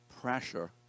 pressure